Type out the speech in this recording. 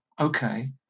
okay